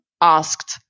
asked